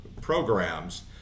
programs